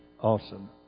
awesome